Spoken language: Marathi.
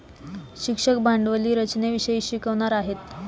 शिक्षक भांडवली रचनेविषयी शिकवणार आहेत